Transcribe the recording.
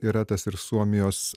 yra tas ir suomijos